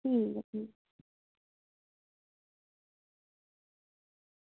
ठीक ऐ ठीक